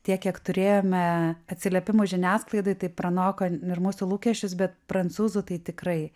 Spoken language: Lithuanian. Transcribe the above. tiek kiek turėjome atsiliepimų žiniasklaidoj tai pranoko ir mūsų lūkesčius bet prancūzų tai tikrai